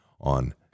on